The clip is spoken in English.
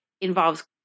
involves